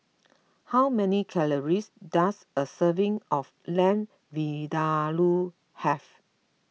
how many calories does a serving of Lamb Vindaloo have